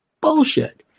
bullshit